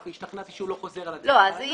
והשתכנעתי שהוא לא חוזר על עצמו.